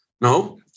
no